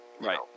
right